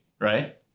right